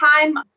time